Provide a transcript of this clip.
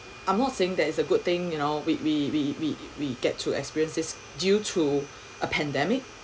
I'm not saying that it's a good thing you know we we we we we get to experience it due to a pandemic